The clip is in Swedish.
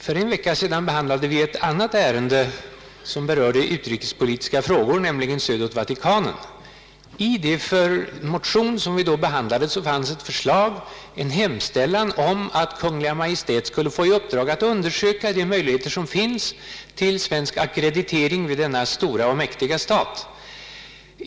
För en vecka sedan behandlade vi ett annat ärende rörande utrikespolitiska frågor, nämligen representation vid Vatikanen. I den motion vi då behandlade hemställdes om att Kungl. Maj:t skulle få i uppdrag att undersöka de möjligheter som finns till svensk ackreditering i denna mäktiga stat.